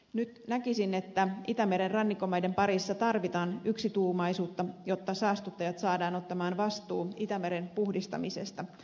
nyt näkisin että itämeren rannikkomaiden parissa tarvitaan yksituumaisuutta jotta saastuttajat saadaan ottamaan vastuu itämeren puhdistamisesta